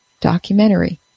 documentary